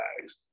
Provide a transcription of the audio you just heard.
guys